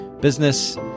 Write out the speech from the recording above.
business